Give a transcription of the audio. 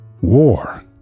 War